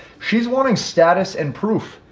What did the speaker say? she's wanting status and proof,